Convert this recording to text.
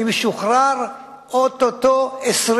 אני משוחרר או-טו-טו 20